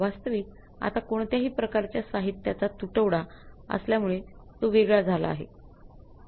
वास्तविक आता कोणत्याही प्रकारच्या साहित्याचा तुटवडा असल्यामुळे तो वेगळा झाला आहे